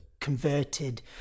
converted